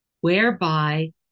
whereby